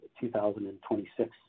2026